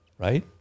Right